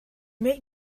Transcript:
made